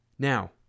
Now